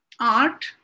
art